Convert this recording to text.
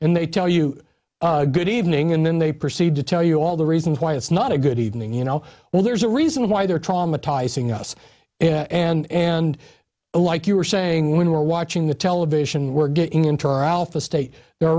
and they tell you good evening and then they proceed to tell you all the reasons why it's not a good evening you know well there's a reason why they're traumatizing us and and like you were saying when we're watching the television we're getting into our alpha state their re